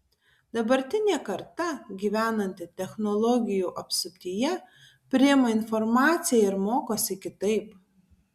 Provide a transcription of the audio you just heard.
dabartinė karta gyvenanti technologijų apsuptyje priima informaciją ir mokosi kitaip